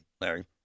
Larry